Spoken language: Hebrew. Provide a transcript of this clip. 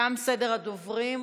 תם סדר הדוברים.